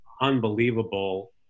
unbelievable